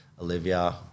Olivia